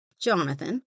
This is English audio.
Jonathan